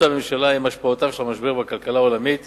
הממשלה עם השפעותיו של המשבר בכלכלה העולמית